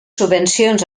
subvencions